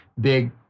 big